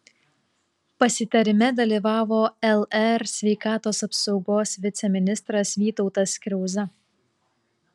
pasitarime dalyvavo lr sveikatos apsaugos viceministras vytautas kriauza